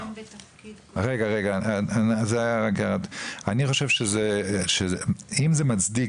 אני חושב שאם זה מצדיק,